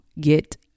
Get